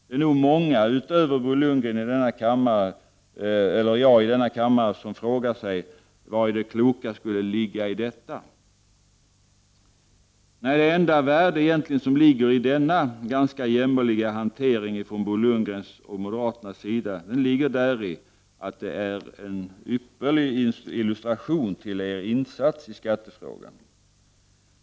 Det är nog inte många utöver Bo Lundgren i denna kammare som begriper vari det kloka skulle ligga i detta. Nej, det enda värdet i denna jämmerliga hantering ifrån Bo Lundgrens och moderaternas sida ligger däri att det är en ypperlig illustration till er insats i skattefrågan.